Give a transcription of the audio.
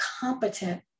competent